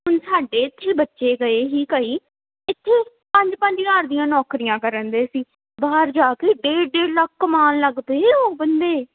ਹੁਣ ਸਾਡੇ ਇੱਥੇ ਬੱਚੇ ਗਏ ਹੀ ਕਈ ਇੱਥੇ ਪੰਜ ਪੰਜ ਹਜ਼ਾਰ ਦੀਆਂ ਨੌਕਰੀਆਂ ਕਰਨ ਦੇ ਸੀ ਬਾਹਰ ਜਾ ਕੇ ਡੇਢ ਡੇਢ ਲੱਖ ਕਮਾਉਣ ਲੱਗ ਪਏ ਉਹ ਬੰਦੇ